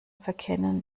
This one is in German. verkennen